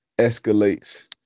escalates